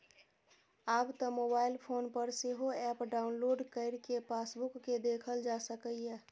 आब तं mobile phone पर सेहो एप डाउलोड कैर कें पासबुक कें देखल जा सकैए